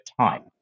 time